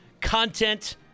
content